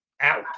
out